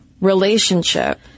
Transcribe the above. relationship